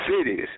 cities